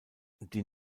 die